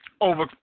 over